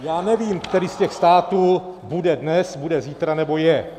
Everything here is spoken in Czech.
Já nevím, který z těch států bude dnes, bude zítra nebo je.